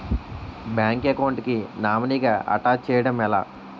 Bank account కి nominee గా attach చేయడం ఎలా?